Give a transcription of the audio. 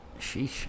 Sheesh